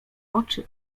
oczy